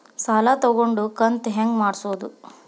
ಸಾಲ ತಗೊಂಡು ಕಂತ ಹೆಂಗ್ ಮಾಡ್ಸೋದು?